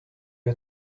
you